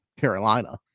Carolina